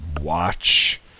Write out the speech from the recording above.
watch